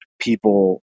people